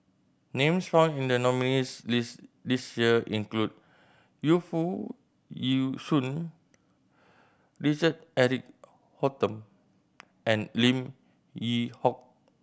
names found in the nominees' list this year include Yu Foo Yee Shoon Richard Eric Holttum and Lim Yew Hock